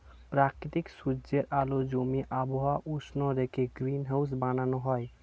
প্রাকৃতিক সূর্যের আলো জমিয়ে আবহাওয়া উষ্ণ রেখে গ্রিনহাউস বানানো হয়